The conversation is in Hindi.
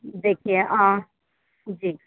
देखिए जी